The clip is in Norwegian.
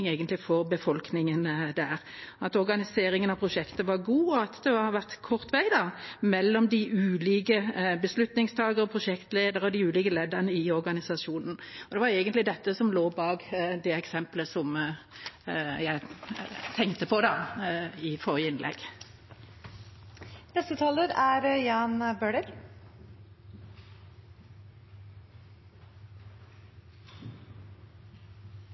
for befolkningen der, at organiseringen av prosjektet var god, og at det hadde vært kort vei mellom beslutningstakerne og prosjektlederne og de ulike leddene i organisasjonen. Det var dette som lå bak det eksemplet jeg tenkte på i mitt forrige innlegg. Jeg er enig i det som er